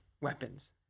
weapons